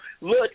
look